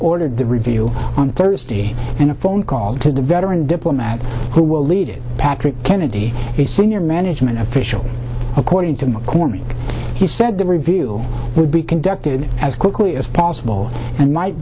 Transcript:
ordered the review on thursday in a phone call to the veteran diplomat who will lead patrick kennedy a senior management official according to mccormick he said the review would be conducted as quickly as possible and might